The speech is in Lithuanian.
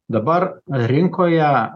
dabar rinkoje